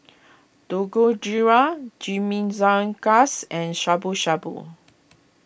Dangojiru Chimichangas and Shabu Shabu